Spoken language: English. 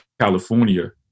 California